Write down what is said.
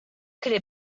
could